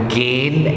gain